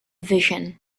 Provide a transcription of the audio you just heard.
vision